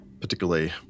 Particularly